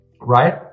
right